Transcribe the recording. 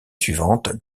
suivante